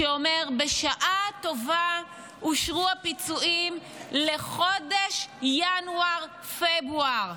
שאומר: בשעה טובה אושרו הפיצויים לחודשים ינואר-פברואר.